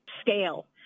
scale